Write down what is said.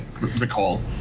recall